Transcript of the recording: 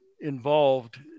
involved